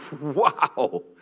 wow